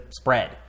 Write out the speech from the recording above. spread